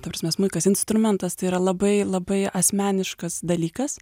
ta prasme smuikas instrumentas tai yra labai labai asmeniškas dalykas